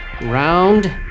Round